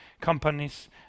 companies